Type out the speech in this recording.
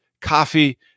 coffee